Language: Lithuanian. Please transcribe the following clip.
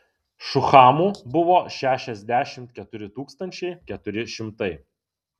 šuhamų buvo šešiasdešimt keturi tūkstančiai keturi šimtai